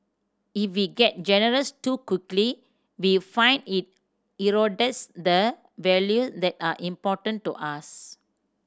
if we get generous too quickly we find it erodes the values that are important to us